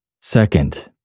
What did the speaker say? Second